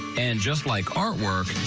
and just like artwork,